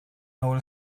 nawl